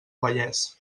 vallès